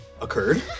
occurred